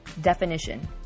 definition